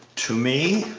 to me?